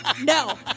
no